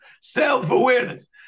self-awareness